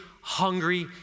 hungry